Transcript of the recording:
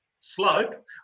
Slope